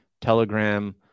Telegram